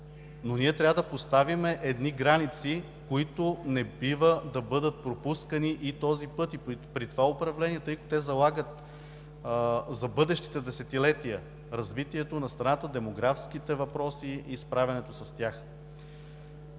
Но ние трябва да поставим едни граници, които не бива да бъдат пропускани и този път, при това управление, тъй като те залагат за бъдещите десетилетия развитието на страната, демографските въпроси и справянето с тях.